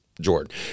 Jordan